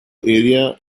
area